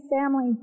family